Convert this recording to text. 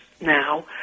now